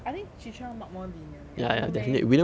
I think chitra mark more lenient I don't know leh